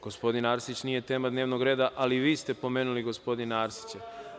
Gospodin Arsić nije tema dnevnog reda, ali vi ste pomenuli gospodina Arsića.